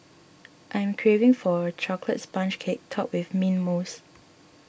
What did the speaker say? I am craving for a Chocolate Sponge Cake Topped with Mint Mousse